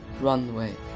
runway